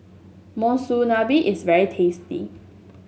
monsunabe is very tasty